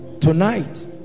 tonight